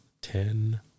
ten